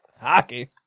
Hockey